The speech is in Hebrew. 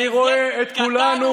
אני רואה את כולנו,